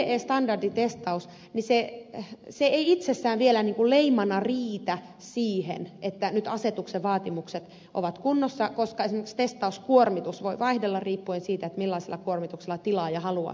tämä ce standarditestaus ei itsessään vielä leimana riitä siihen että nyt asetuksen vaatimukset ovat kunnossa koska esimerkiksi testauskuormitus voi vaihdella riippuen siitä millaisella kuormituksella tilaaja haluaa sitä testauttaa